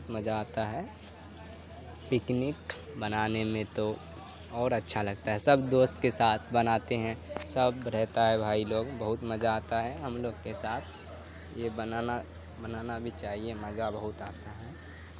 بت مزہ آتا ہے پکنک بنانے میں تو اور اچھا لگتا ہے سب دوست کے ساتھ بناتے ہیں سب رہتا ہے بھائی لوگ بہت مزہ آتا ہے ہم لوگ کے ساتھ یہ بنانا بنانا بھی چاہیے مزہ بہت آتا ہے